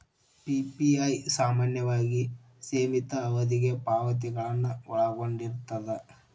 PPI ಸಾಮಾನ್ಯವಾಗಿ ಸೇಮಿತ ಅವಧಿಗೆ ಪಾವತಿಗಳನ್ನ ಒಳಗೊಂಡಿರ್ತದ